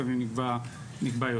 לפעמים נגבה יותר.